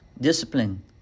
discipline